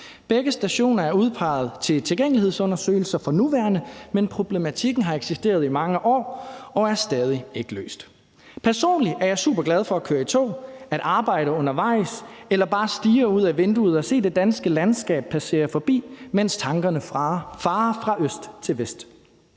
Begge stationer er for nuværende udpeget til tilgængelighedsundersøgelser, men problematikken har eksisteret i mange år, og det er stadig ikke løst. Personligt er jeg superglad for at køre i tog, for at arbejde undervejs eller bare stirre ud af vinduet og se det danske landskab passere forbi, mens tankerne farer fra øst til vest.